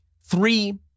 three